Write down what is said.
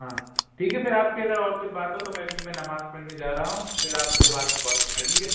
ہاں ٹھیک ہے پھر آپ کے اگر اور کچھ بات ہو تو میں ابھی میں نماز پڑھنے جا رہا ہوں پھر آپ مجھے بعد میں کال کرنا ٹھیک ہے